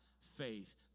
faith